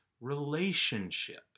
relationship